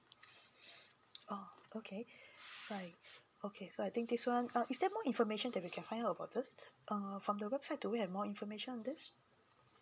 oh okay right okay so I think this one uh is there more information that we can find out about this err from the website do we have more information on this